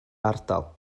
ardal